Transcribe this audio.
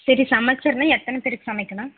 சரி சமைச்சுர்னும் எத்தனை பேருக்கு சமைக்கணும்